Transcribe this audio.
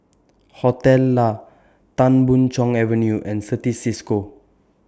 Hostel Lah Tan Boon Chong Avenue and Certis CISCO